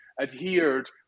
adhered